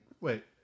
Wait